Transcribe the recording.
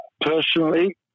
Personally